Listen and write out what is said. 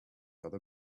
other